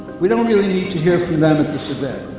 we don't really need to hear from them at this event.